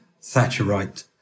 Thatcherite